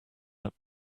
that